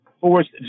forced